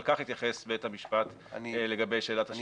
על כך התייחס בית המשפט לגבי שאלת השוויון.